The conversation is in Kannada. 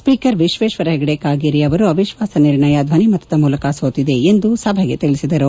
ಸ್ಪೀಕರ್ ವಿಶ್ವೇಶ್ವರ ಹೆಗಡೆ ಕಾಗೇರಿ ಅವರು ಅವಿಶ್ವಾಸ ನಿರ್ಣಯ ಧ್ವನಿಮತದ ಮೂಲಕ ಸೋತಿದೆ ಎಂದು ಸಭೆಗೆ ತಿಳಿಸಿದರು